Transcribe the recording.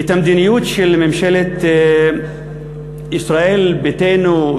את המדיניות של ממשלת ישראל ביתנו,